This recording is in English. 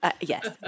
Yes